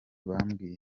babwiye